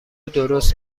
درست